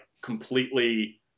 completely